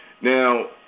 Now